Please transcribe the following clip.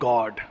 God